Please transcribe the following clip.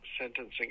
sentencing